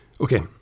Okay